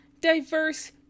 Diverse